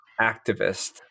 activist